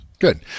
Good